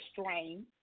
strain